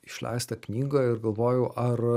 išleistą knygą ir galvoju ar